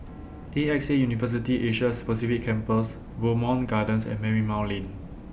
A X A University Asia Pacific Campus Bowmont Gardens and Marymount Lane